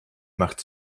macht